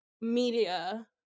media